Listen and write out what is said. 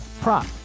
prop